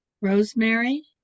Rosemary